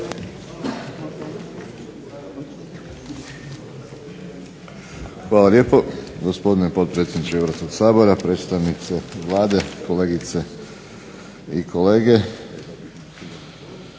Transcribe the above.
Hvala lijepo gospodine potpredsjedniče Hrvatskog sabora, predstavnice Vlade, kolegice i kolege.